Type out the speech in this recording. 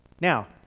Now